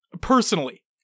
personally